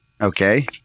Okay